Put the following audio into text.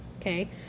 okay